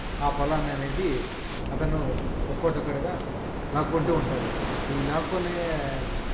ఆ పొలాన్ని అనేది అతను ఒక్కొక్కటిగా లాక్కుంటూ ఉంటాడు ఈ లాక్కునే